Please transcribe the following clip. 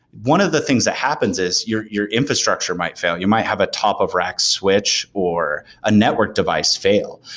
one of the things that happens is your your infrastructure might fail. you might have a top of rack switch or a network device fail,